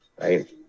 right